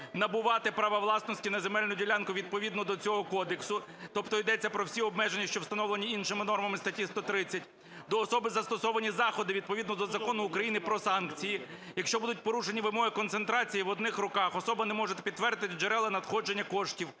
набувати права власності на земельну ділянку відповідно до цього кодексу. Тобто йдеться про всі обмеження, що встановлені іншими нормами статті 130. До особи застосовані заходи відповідно до Закону України "Про санкції". Якщо будуть порушені вимоги концентрації в одних руках, особа не може підтвердити джерела надходження коштів,